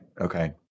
okay